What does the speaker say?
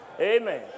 Amen